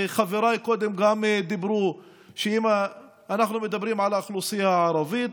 וחבריי קודם גם דיברו על כך שאם אנחנו מדברים על האוכלוסייה הערבית,